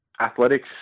athletics